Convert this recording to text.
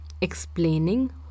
explaining